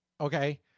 Okay